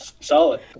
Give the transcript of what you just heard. solid